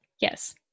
Yes